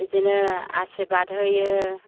बिदिनो आसिरबाद होयो